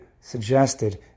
suggested